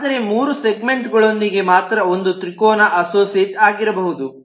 ಆದರೆ ಮೂರು ಸೆಗ್ಮೆಂಟ್ ಗಳೊಂದಿಗೆ ಮಾತ್ರ ಒಂದು ತ್ರಿಕೋನ ಅಸೋಸಿಯೇಟ್ ಆಗಬಹುದು